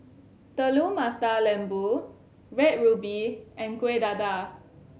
Telur Mata Lembu Red Ruby and Kueh Dadar